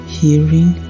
hearing